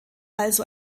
also